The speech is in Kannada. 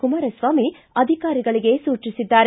ಕುಮಾರಸ್ವಾಮಿ ಅಧಿಕಾರಿಗಳಿಗೆ ಸೂಚಿಸಿದ್ದಾರೆ